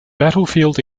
battlefield